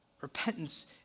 Repentance